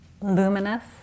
luminous